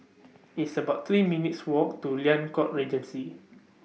It's about three minutes' Walk to Liang Court Regency